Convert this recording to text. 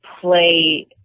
play